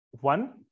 One